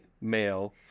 male